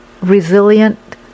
resilient